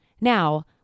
now